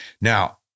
Now